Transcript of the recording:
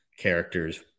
Characters